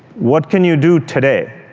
what can you do today?